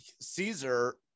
caesar